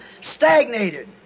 stagnated